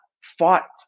fought